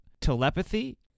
telepathy